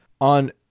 on